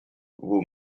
vous